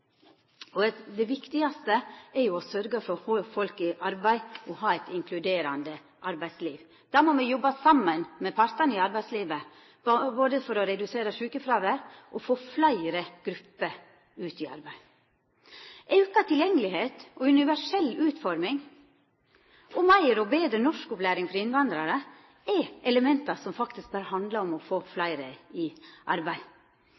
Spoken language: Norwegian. Det viktigaste er å sørgja for at folk er i arbeid, og at me har eit inkluderande arbeidsliv. Me må jobba saman med partane i arbeidslivet både for å redusera sjukefråværet og for å få fleire grupper ut i arbeid. Auka tilgjengelegheit, universell utforming og meir og betre norskopplæring for innvandrarar er element som faktisk handlar om å få fleire i arbeid.